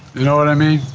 you know what i mean?